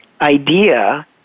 idea